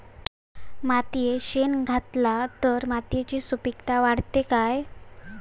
मातयेत शेण घातला तर मातयेची सुपीकता वाढते काय?